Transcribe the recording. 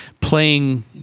playing